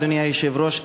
אדוני היושב-ראש,